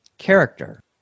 Character